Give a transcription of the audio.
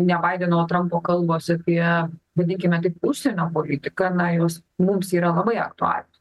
ne baideno o trampo kalbos apie vadinkime tai užsienio politika na jos mums yra labai aktualios